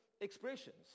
expressions